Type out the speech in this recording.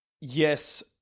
Yes